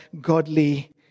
godly